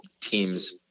teams